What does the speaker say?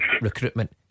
recruitment